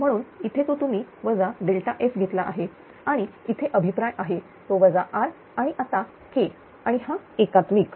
म्हणून इथे तुम्ही तो वजा F घेतला आहे आणि इथे अभिप्राय आहे तो R आणि आता K आणि हा एकात्मिक